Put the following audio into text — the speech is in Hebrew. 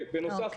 בנוסף,